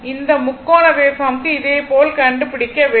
இந்த முக்கோண வேவ்பார்ம்க்கு இதே போல் கண்டுபிடிக்க வேண்டும்